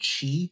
chi